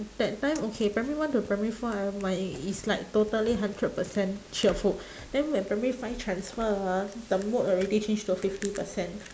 that time okay primary one to primary four I'm like it's like totally hundred percent cheerful then when primary five transfer ah the mood already change to fifty percent